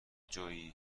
جویی